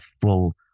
full